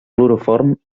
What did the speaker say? cloroform